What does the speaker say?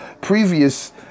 previous